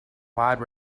wide